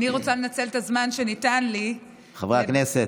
אני רוצה לנצל את הזמן שניתן לי --- חברי הכנסת.